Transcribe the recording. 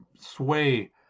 sway